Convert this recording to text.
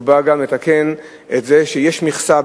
שבא גם לתקן את זה שיש מכסה.